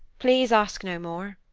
please ask no more.